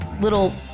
little